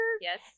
Yes